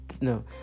no